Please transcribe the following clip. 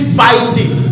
fighting